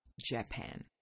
Japan